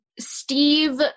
Steve